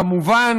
כמובן,